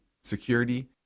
security